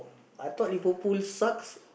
I thought Liverpool sucks